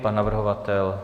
Pan navrhovatel?